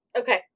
Okay